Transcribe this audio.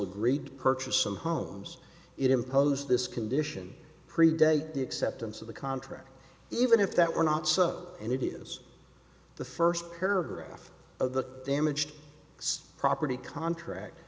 agreed purchase some homes it imposed this condition predate the acceptance of the contract even if that were not so and it is the first paragraph of the damaged its property contract